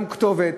גם כתובת,